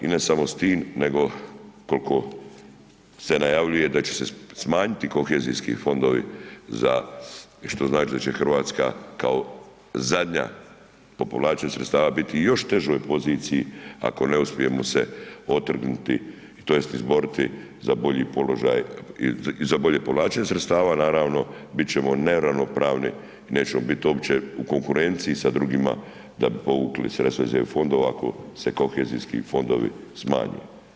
I ne samo s tim nego koliko se najavljuje da će se smanjiti kohezijski fondovi za što znači da će Hrvatska kao zadnja po povlačenju sredstava biti u još težoj poziciji ako ne uspijemo se otrgnuti, tj. izboriti za bolji položaj i za bolje povlačenje sredstava naravno, biti ćemo neravnopravni i nećemo biti uopće u konkurenciji sa drugima da bi povukli sredstva iz eu fondova ako se kohezijski fondovi smanje.